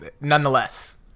nonetheless